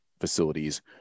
facilities